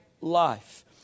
life